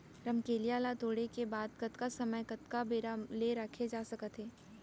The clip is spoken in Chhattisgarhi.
रमकेरिया ला तोड़े के बाद कतका समय कतका बेरा ले रखे जाथे सकत हे?